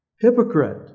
Hypocrite